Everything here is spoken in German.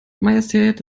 majestät